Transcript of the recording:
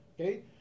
okay